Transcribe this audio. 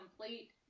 complete